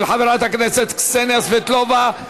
של חברת הכנסת קסניה סבטלובה,